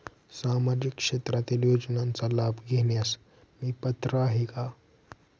सामाजिक क्षेत्रातील योजनांचा लाभ घेण्यास मी पात्र आहे का?